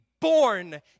born